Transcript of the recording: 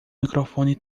microfone